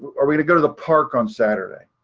are we gonna go to the park on saturday?